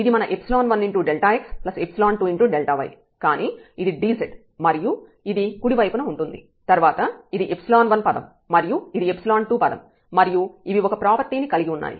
కానీ ఇది dz మరియు ఇది కుడి వైపున ఉంటుంది తర్వాత ఇది 1 పదం మరియు ఇది 2 పదం మరియు ఇవి ఒక ప్రాపర్టీ ని కలిగివున్నాయి